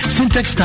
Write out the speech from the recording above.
Syntax